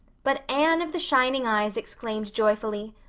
but anne of the shining eyes exclaimed joyfuly,